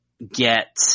get